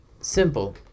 simple